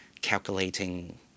calculating